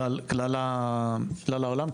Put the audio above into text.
כלל העולם,